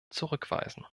zurückweisen